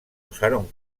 usaron